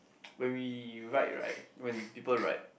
when we write right when people write